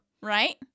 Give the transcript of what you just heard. right